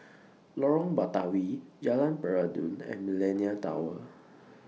Lorong Batawi Jalan Peradun and Millenia Tower